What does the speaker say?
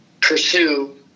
pursue